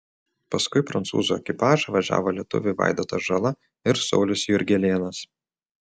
paskui prancūzų ekipažą važiavo lietuviai vaidotas žala ir saulius jurgelėnas